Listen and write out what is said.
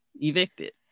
evicted